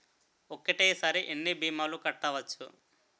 ఒక్కటేసరి ఎన్ని భీమాలు కట్టవచ్చు?